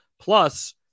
Plus